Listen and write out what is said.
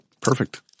perfect